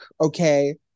okay